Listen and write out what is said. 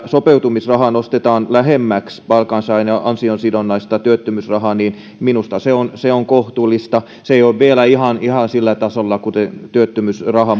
sopeutumisrahaa nostetaan lähemmäksi palkansaajan ansiosidonnaista työttömyysrahaa minusta se on se on kohtuullista se ei ole vielä ihan ihan sillä tasolla kuin työttömyysraha